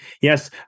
Yes